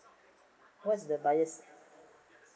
what is the bias